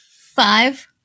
Five